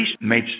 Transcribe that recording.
made